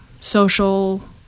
social